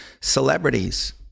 celebrities